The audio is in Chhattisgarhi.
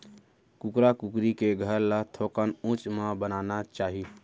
कुकरा कुकरी के घर ल थोकन उच्च म बनाना चाही